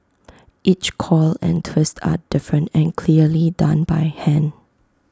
each coil and twist are different and clearly done by hand